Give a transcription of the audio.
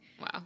Wow